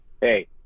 Hey